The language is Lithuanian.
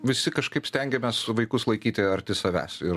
visi kažkaip stengiamės vaikus laikyti arti savęs ir